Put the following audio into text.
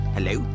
Hello